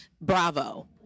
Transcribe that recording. Bravo